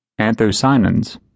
anthocyanins